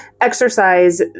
exercise